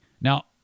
Now